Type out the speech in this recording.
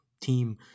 team